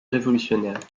révolutionnaires